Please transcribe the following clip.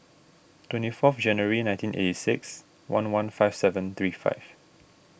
twenty fourth January nineteen eighty six one one five seven three five